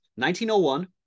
1901